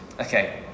Okay